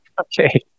Okay